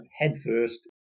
headfirst